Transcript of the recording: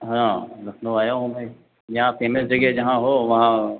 हाँ लखनऊ आया हूँ भाई यहाँ फेमस जगह जहाँ हो वहां